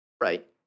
right